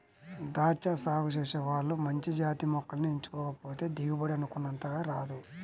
దాచ్చా సాగు చేసే వాళ్ళు మంచి జాతి మొక్కల్ని ఎంచుకోకపోతే దిగుబడి అనుకున్నంతగా రాదు